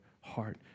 heart